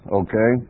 okay